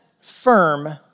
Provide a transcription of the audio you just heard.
firm